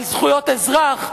על זכויות אזרח.